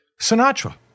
Sinatra